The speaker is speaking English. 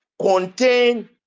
contain